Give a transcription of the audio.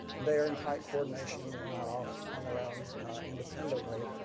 they are in tight coordination. they are not off on their own independently.